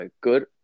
good